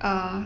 err